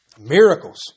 Miracles